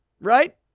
Right